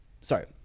Sorry